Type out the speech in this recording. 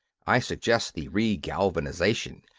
i suggest the regalvanisation.